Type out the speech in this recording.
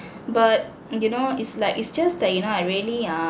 but you know it's like it's just that you know I really err